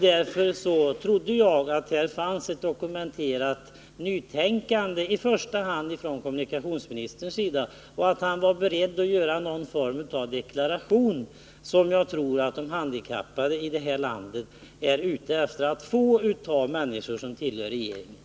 Därför trodde jag att här fanns ett dokumenterat nytänkande i första hand hos kommunikationsministern och att han var beredd att avge någon form av deklaration, som jag tror att de handikappade i vårt land är ute efter att få av personer som tillhör regeringen.